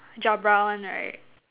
Jabra one right